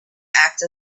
act